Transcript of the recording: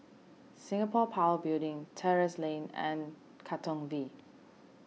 Singapore Power Building Terrasse Lane and Katong V